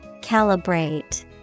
Calibrate